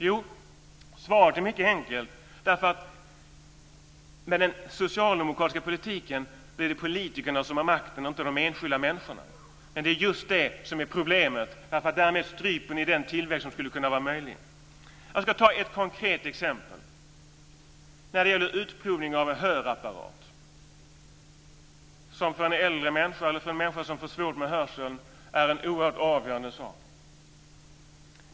Jo, svaret är mycket enkelt. Med den socialdemokratiska politiken blir det politikerna som har makten och inte de enskilda människorna. Det är just det som är problemet. Därmed stryper ni den tillväxt som skulle kunna vara möjlig. Jag ska ta ett konkret exempel. Det gäller utprovning av hörapparat, som för en äldre människa eller en människa som får svårt med hörseln är en oerhört avgörande sak.